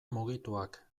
mugituak